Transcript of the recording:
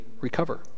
recover